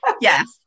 Yes